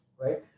right